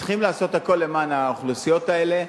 צריך לעשות הכול למען האוכלוסיות האלה,